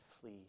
flee